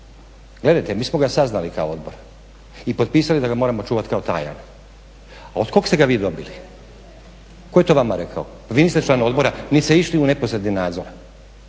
Gledajte mi smo ga saznali kao odbor i potpisali da ga moramo čuvati kao tajan, a od kog ste ga vi dobili? Tko je to vama rekao? Vi niste član odbora, niti ste išli u neposredni nadzor.